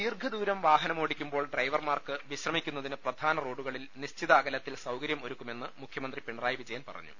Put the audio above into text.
ദീർഘദൂരം വാഹനമോടിക്കുമ്പോൾ ഡ്രൈവർമാർക്ക് വിശ്രമിക്കുന്നതിന് പ്രധാന റോഡുകളിൽ നിശ്ചിത അകലത്തിൽ സൌകര്യം ഒരുക്കുമെന്ന് മുഖ്യമന്ത്രി പിണറായി വിജയൻ പറഞ്ഞു